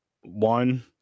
One